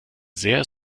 sehr